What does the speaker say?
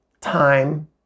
time